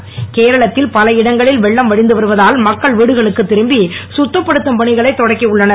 கேரளா கேரளத்தில் பல இடங்களில் வெள்ளம் வடிந்து வருவதால் மக்கள் வீடுகளுக்கு திரும்பி கத்தப்படுத்தும் பணிகளை தொடக்கி உள்ளனர்